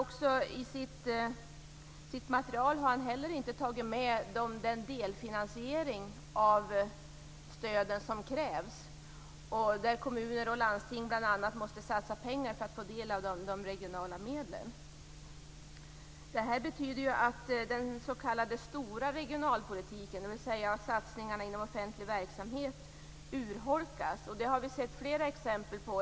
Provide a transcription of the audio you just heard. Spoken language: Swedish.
I sitt material har han inte heller tagit med den delfinansiering av stöden som krävs. Kommuner och landsting måste satsa pengar för att få del av de regionala medlen. Detta betyder att den s.k. stora regionalpolitiken, dvs. satsningarna inom offentlig verksamhet, urholkas. Det har vi sett flera exempel på.